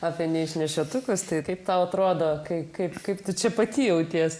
apie neišinešiotukas tai kaip tau atrodo kai kaip kaip tu čia pati jautiesi